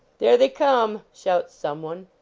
there they come! shouts some one.